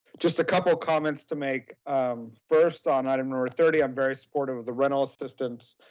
just a couple of comments to make first on item number thirty, i'm very supportive of the rental assistance.